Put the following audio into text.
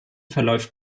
verläuft